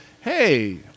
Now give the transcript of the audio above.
hey